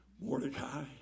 Mordecai